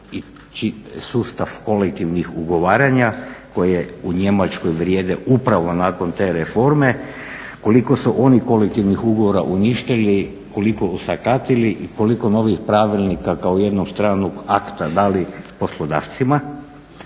sustav kolektivnih ugovaranja koje u Njemačkoj vrijede upravo nakon te reforme, koliko su oni kolektivnih ugovora uništili, koliko osakatili i koliko novih pravilnika kao jednog stranog akta, da li poslodavcima